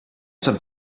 some